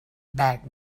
back